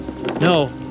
No